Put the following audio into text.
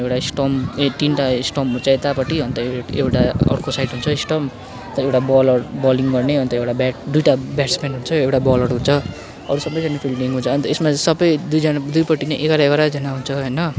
एउटा स्टम्प ए तिनवटा स्टम्प हुन्छ यतापट्टि अन्त एउटा अर्को साइड हुन्छ स्टम्प एउटा बलर बलिङ गर्ने अन्त एउटा ब्याट दुइटा ब्याट्स्मेन हुन्छ एउटा बलर हुन्छ अरू सबैजना फिल्डिङ हुन्छ अन्त यसमा चाहिँ सबै दुईजना दुईपट्टि नै एघार एघारजना हुन्छ होइन